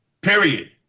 period